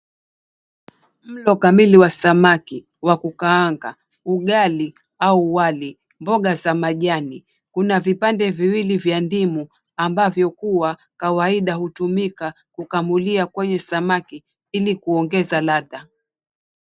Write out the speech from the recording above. Mlo kamili wa samaki wa kukaanga, ugali au wali, mboga za majani, kuna vipande viwili vya ndimu ambavyo huwa kawaida hutumika kukamulia kwenye samaki ili kuongeza ladha.